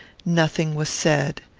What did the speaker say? nothing was said.